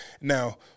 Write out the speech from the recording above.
Now